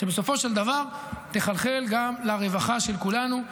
שבסופו של דבר תחלחל גם לרווחה של כולנו,